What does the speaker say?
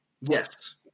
Yes